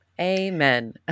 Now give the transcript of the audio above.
amen